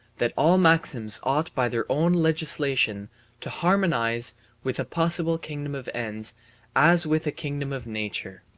that all maxims ought by their own legislation to harmonize with a possible kingdom of ends as with a kingdom of nature.